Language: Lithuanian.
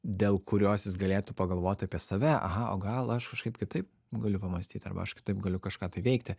dėl kurios jis galėtų pagalvot apie save aha gal aš kažkaip kitaip galiu pamąstyt arba aš kitaip galiu kažką tai veikti